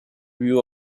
view